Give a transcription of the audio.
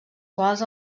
quals